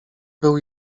był